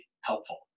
helpful